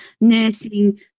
nursing